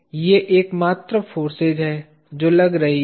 ये एकमात्र फोर्सेज हैं जो लग रही हैं